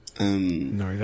no